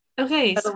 okay